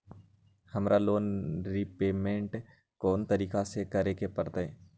हमरा loan repayment कोन तारीख के करे के परतई?